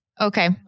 Okay